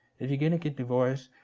if you're gonna get divorced,